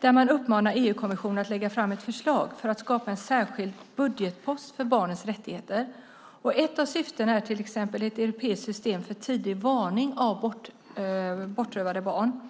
Där uppmanar man EU-kommissionen att lägga fram ett förslag för att skapa en särskild budgetpost för barnens rättigheter. Ett av syftena är ett europeiskt system för tidig varning vid bortrövande av barn.